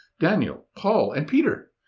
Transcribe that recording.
daniel, paul and peter.